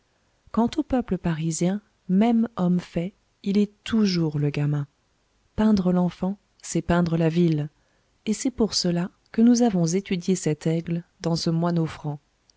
quant au peuple parisien même homme fait il est toujours le gamin peindre l'enfant c'est peindre la ville et c'est pour cela que nous avons étudié cet aigle dans ce